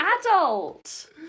adult